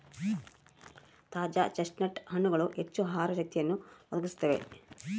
ತಾಜಾ ಚೆಸ್ಟ್ನಟ್ ಹಣ್ಣುಗಳು ಹೆಚ್ಚು ಆಹಾರ ಶಕ್ತಿಯನ್ನು ಒದಗಿಸುತ್ತವೆ